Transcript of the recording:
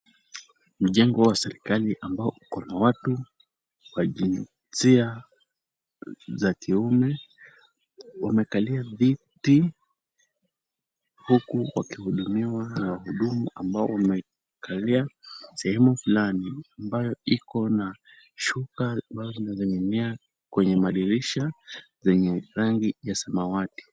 Mjengo wa serikali ambao uko na watu wa jinsia za kiume wamekalia viti huku wakihudumiwa na wahudumu ambao wamekalia sehemu fulani ambayo iko na shuka ambazo zimening'inia kwenye madirisha zenye rangi ya samawati.